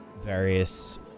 various